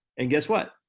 and guess what?